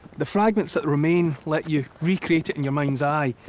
the fragments that remain let you recreate it in your mind's eye.